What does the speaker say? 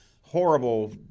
horrible